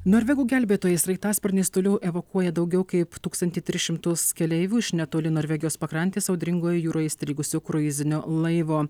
norvegų gelbėtojai sraigtasparniais toliau evakuoja daugiau kaip tūkstantį tris šimtus keleivių iš netoli norvegijos pakrantės audringoje jūroje įstrigusio kruizinio laivo